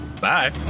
bye